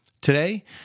Today